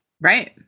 Right